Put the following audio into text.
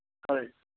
ꯍꯣꯏ